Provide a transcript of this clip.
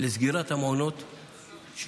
של סגירת המעונות לאט-לאט,